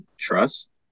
trust